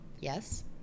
Yes